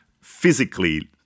physically